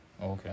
Okay